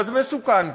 מסוכן פה,